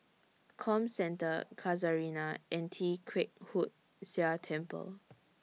Comcentre Casuarina and Tee Kwee Hood Sia Temple